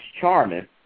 Charming